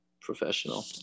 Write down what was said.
professional